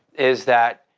is that,